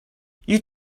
you